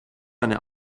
meine